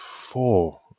four